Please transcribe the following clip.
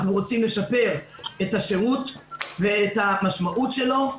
אנחנו רוצים לשפר את השירות ואת המשמעות שלו.